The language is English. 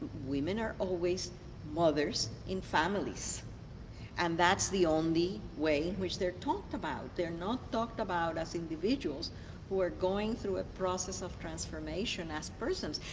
women are always mothers in families and that's the only way in which they are talked about. they are not talked about as individuals who are going through a process of transformation as persons.